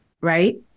right